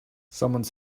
someone